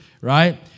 right